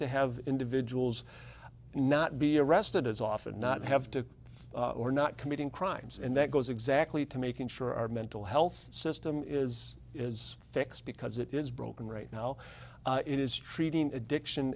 to have individuals not be arrested as often not have to or not committing crimes and that goes exactly to making sure our mental health system is as fixed because it is broken right now it is treating addiction